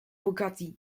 bugatti